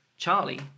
Charlie